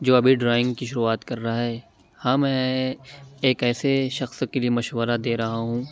جو ابھی ڈرائنگ کی شروعات کر رہا ہے ہاں میں ایک ایسے شخص کے لیے مشورہ دے رہا ہوں